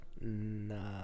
Nah